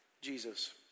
Jesus